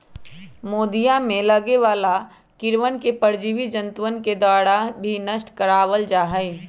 मोदीया में लगे वाला कीड़वन के परजीवी जंतुअन के द्वारा भी नष्ट करवा वल जाहई